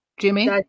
Jimmy